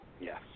Yes